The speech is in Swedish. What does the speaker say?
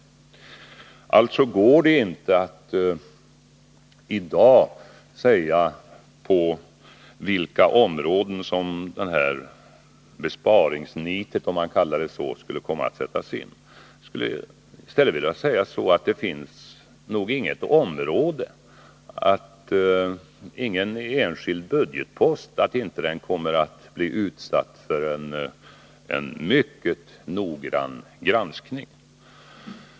Alltså går det inte att i dag säga på vilka områden det här besparingsnitet — om jag får kalla det så — skulle komma att sättas in. Jag skulle i stället vilja säga att det nog inte finns något område eller någon enskild budgetpost som inte kommer att bli utsatt för en mycket noggrann granskning.